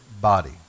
body